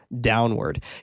downward